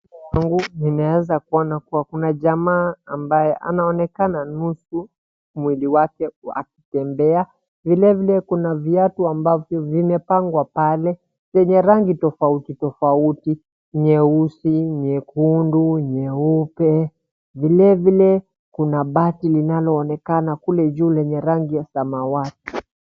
Nimeanza kuona kuwa kuna jamaa ambaye anaonekana ni mtu mwili wake akitembea. Vilevile kuna viatu ambavyo vimepangwa pale venye rangi tofauti tofauti nyeusi, nyekundu, nyeupe, vilevile kuna bati linaloonekana kule juu lenye rangi ya samawati.